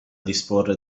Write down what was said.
disporre